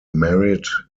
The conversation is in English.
married